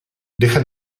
deja